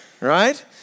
right